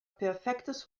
perfektes